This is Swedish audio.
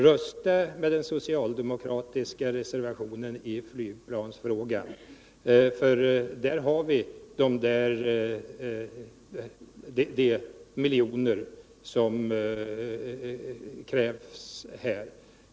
Rösta med den socialdemokratiska reservationen i flygplansfrågan, för där har vi de miljoner som krävs.